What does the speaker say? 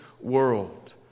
world